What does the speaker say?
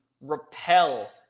repel